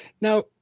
Now